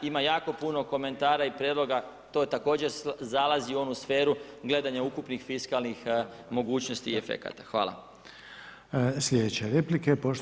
Ima jako puno komentara i prijedloga, to također zalazi u onu sferu gledanja ukupnih fiskalnih mogućnosti i efekata.